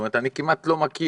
זאת אומרת אני כמעט לא מכיר,